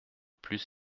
plus